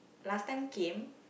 last time came